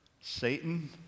Satan